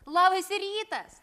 labas rytas